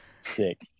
Sick